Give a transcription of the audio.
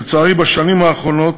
לצערי, בשנים האחרונות